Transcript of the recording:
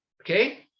okay